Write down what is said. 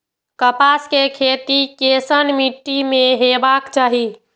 कपास के खेती केसन मीट्टी में हेबाक चाही?